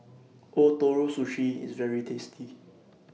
Ootoro Sushi IS very tasty